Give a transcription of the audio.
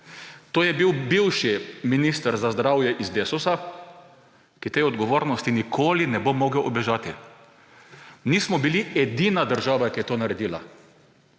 to je bil bivši minister za zdravje iz Desusa, ki tej odgovornosti nikoli ne bo mogel ubežati. Nismo bili edina država, ki je to naredila,